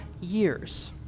years